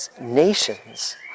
nations